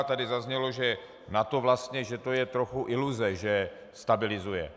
Tady zaznělo, že NATO, že to je trochu iluze, že stabilizuje.